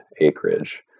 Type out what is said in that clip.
acreage